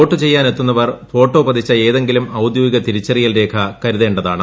vote ചെയ്യാനെത്തുന്നവർ photo പതിച്ച ഏതെങ്കിലും ഔദ്യോഗിക തിരിച്ചറിയൽ രേഖ കരുതേണ്ടതാണ്